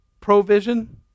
provision